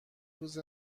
روز